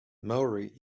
maury